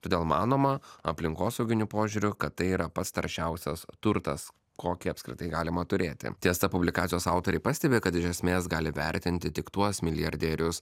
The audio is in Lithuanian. todėl manoma aplinkosauginiu požiūriu kad tai yra pats taršiausias turtas kokį apskritai galima turėti tiesa publikacijos autoriai pastebi kad iš esmės gali vertinti tik tuos milijardierius